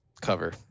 cover